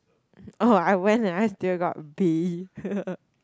oh I went and I still got B